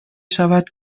شود